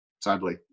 sadly